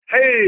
Hey